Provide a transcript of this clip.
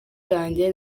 yanjye